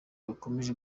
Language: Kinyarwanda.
bakomeje